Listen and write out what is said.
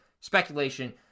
Speculation